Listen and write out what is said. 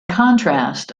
contrast